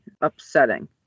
upsetting